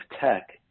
tech